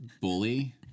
bully